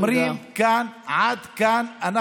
אומרים כאן: עד כאן.